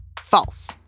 false